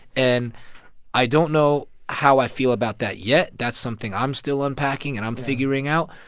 and i don't know how i feel about that yet. that's something i'm still unpacking and i'm figuring out.